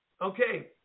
Okay